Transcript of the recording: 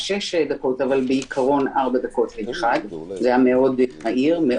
הצעות דומות זה מתן אפשרות של נקודות מסירה בפריסה